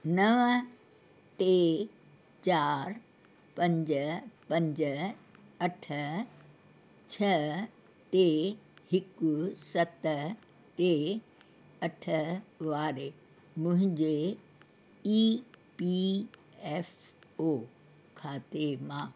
नव टे चारि पंज पंज अठ छह टे हिकु सत टे अठ वारे मुंहिंजे ई पी एफ ओ खाते मां